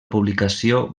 publicació